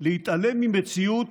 להתעלם ממציאות